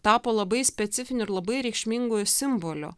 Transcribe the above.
tapo labai specifiniu ir labai reikšmingu simboliu